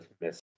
miss